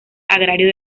agrario